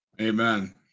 amen